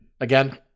again